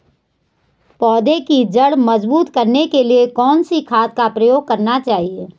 पौधें की जड़ मजबूत करने के लिए कौन सी खाद का प्रयोग करना चाहिए?